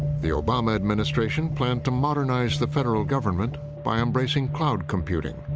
the obama administration planned to modernize the federal government by embracing cloud computing.